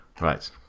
Right